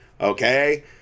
Okay